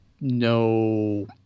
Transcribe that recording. no